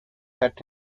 set